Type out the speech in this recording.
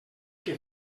que